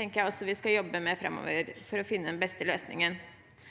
tenker jeg også vi skal jobbe med framover for å finne den beste løsningen.